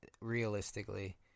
realistically